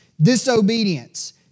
disobedience